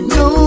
no